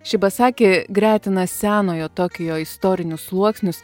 šibasaki gretina senojo tokijo istorinius sluoksnius